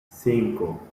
cinco